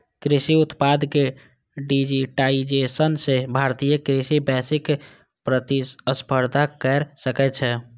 कृषि उत्पाद के डिजिटाइजेशन सं भारतीय कृषि वैश्विक प्रतिस्पर्धा कैर सकै छै